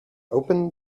opened